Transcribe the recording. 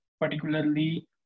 particularly